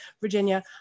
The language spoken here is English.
Virginia